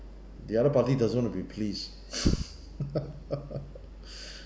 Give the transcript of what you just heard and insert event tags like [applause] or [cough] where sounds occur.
the other party doesn't want be pleased [noise] [noise]